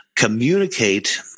communicate